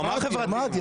אמרתי,